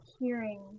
hearing